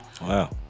Wow